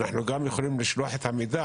גם יכולים לשלוח את המידע,